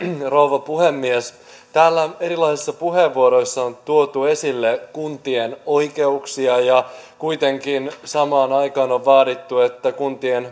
rouva puhemies täällä erilaisissa puheenvuoroissa on tuotu esille kuntien oikeuksia ja kuitenkin samaan aikaan on vaadittu että kuntien